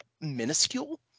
minuscule